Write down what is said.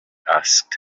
asked